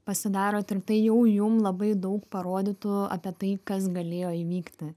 pasidarot ir tai jau jum labai daug parodytų apie tai kas galėjo įvykti